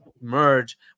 merge